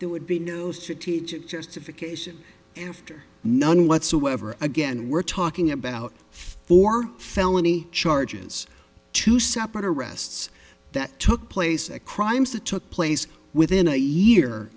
there would be no strategic justification after none whatsoever again we're talking about four felony charges two separate arrests that took place at crimes that took place within a year